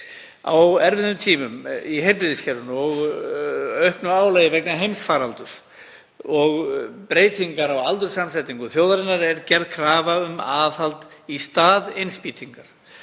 Á erfiðum tímum í heilbrigðiskerfinu og með auknu álagi vegna heimsfaraldurs og breytinga á aldurssamsetningu þjóðarinnar er gerð krafa um aðhald í stað innspýtingar.